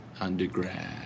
Undergrad